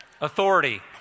Authority